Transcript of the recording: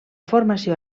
formació